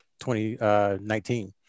2019